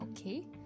Okay